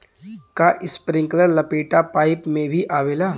का इस्प्रिंकलर लपेटा पाइप में भी आवेला?